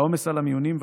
והעומס על המיונים,